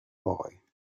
boy